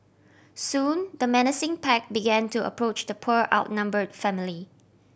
soon the menacing pack began to approach the poor outnumber family